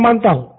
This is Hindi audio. मैं मानता हूँ